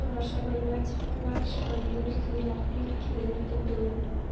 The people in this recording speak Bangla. রসগোল্লা ছানা সন্দেশ জিলাপি কেক দই